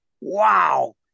wow